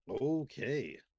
Okay